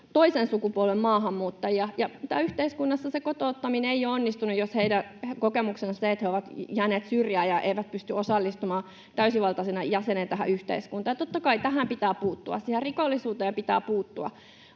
toisen sukupolven maahanmuuttajia. Yhteiskunnassa se kotouttaminen ei ole onnistunut, jos heidän kokemuksensa on se, että he ovat jääneet syrjään ja eivät pysty osallistumaan täysivaltaisena jäsenenä tähän yhteiskuntaan. Totta kai tähän pitää puuttua, rikollisuuteen pitää puuttua,